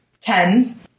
ten